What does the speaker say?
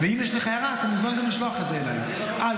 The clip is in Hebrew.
ואם יש לך הערה אתה מוזמן גם לשלוח את זה אליי,